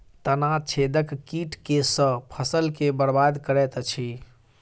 तना छेदक कीट केँ सँ फसल केँ बरबाद करैत अछि?